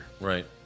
Right